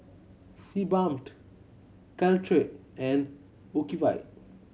Sebamed Caltrate and Ocuvite